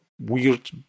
weird